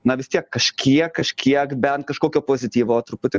na vis tiek kažkiek kažkiek bent kažkokio pozityvo truputį